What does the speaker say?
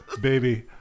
Baby